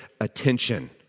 attention